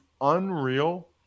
unreal